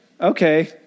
Okay